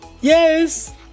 Yes